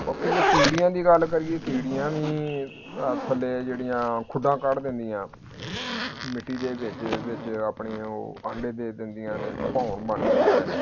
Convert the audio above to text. ਬਾਕੀ ਜੇ ਕੀੜੀਆਂ ਦੀ ਗੱਲ ਕਰੀਏ ਕੀੜੀਆਂ ਵੀ ਆਹ ਥੱਲੇ ਆ ਜਿਹੜੀਆਂ ਖੁੱਡਾਂ ਕੱਢ ਦਿੰਦੀਆਂ ਮਿੱਟੀ ਦੇ ਵਿੱਚ ਵਿੱਚ ਆਪਣੀ ਉਹ ਆਂਡੇ ਦੇ ਦਿੰਦੀਆਂ ਨੇ ਭੌਣ ਬਣ ਜਾਂਦਾ ਹੈ